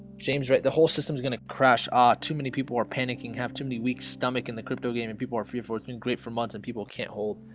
james right the whole system's gonna crash ah too many people are panicking have too many weak stomach in the crypto game and people are fearful it's been great for months and people can't hold